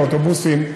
האוטובוסים,